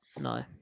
no